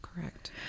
Correct